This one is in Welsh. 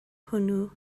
hwnnw